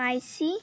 icy